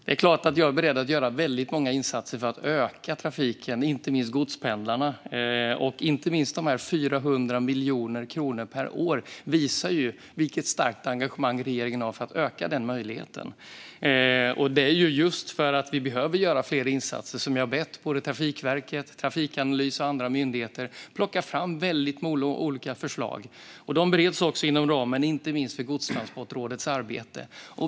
Det är klart att jag är beredd att göra väldigt många insatser för att öka trafiken, inte minst godspendlarna. Inte minst dessa 400 miljoner kronor per år visar vilket starkt engagemang regeringen har för att öka denna möjlighet. Det är just för att vi behöver göra fler insatser som jag har bett Trafikverket, Trafikanalys och andra myndigheter att plocka fram olika förslag. Dessa förslag bereds inom ramen för godstransportrådets arbete.